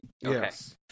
yes